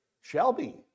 Shelby